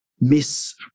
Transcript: miss